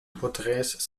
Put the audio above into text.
porträts